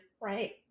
right